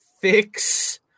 fix